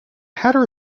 hatter